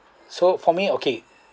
so for me okay